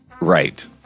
Right